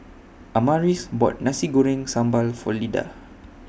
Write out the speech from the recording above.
Amaris bought Nasi Goreng Sambal For Lyda